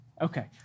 Okay